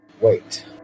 wait